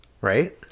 right